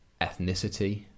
ethnicity